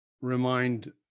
remind